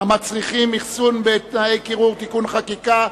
המצריכים אחסון בתנאי קירור (תיקוני חקיקה),